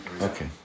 Okay